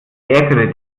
ärgere